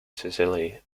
sicily